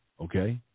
okay